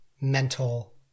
mental